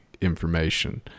information